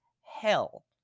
hell